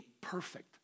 perfect